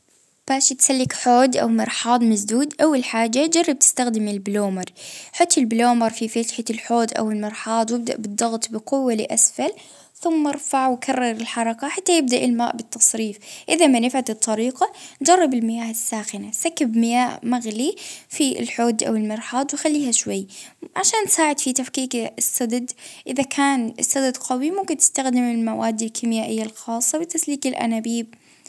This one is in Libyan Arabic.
اه أستعمل المكنسة اليدوية، حطها فوج الفتحة واضغط اه بالجوة اه بيش تخرج الحاجة اللي السادة، اه إذا كان ما مشيتش أستعمل محلول تسليك وخليه شوية بعدين أشطف اه بالمية، اه حافظ على النضافة ديما وحاول تمنع ال-الحاجات أنها تسد زي الشعر.